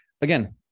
again